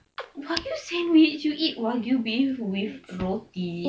wagyu sandwich you eat wagyu beef with roti